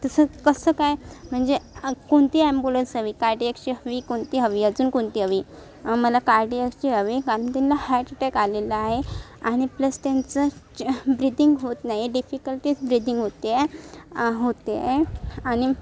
तसं कसं काय म्हणजे कोणती ॲम्बूलन्स हवी कार्डियकची हवी कोणती हवी अजून कोणती हवी आम्हाला कार्डियकची हवी कारण त्यांना हार्ट ॲटॅक आलेला आहे आणि प्लस तेंचं चे ब्रीदिंग होत नाही डिफिकल्टीज ब्रीदिंग होते आहे होते आहे आणि